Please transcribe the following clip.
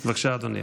בבקשה, אדוני.